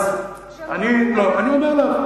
למה כל פעם, אני 31 שנה בישראל.